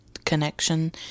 connection